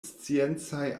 sciencaj